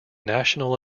national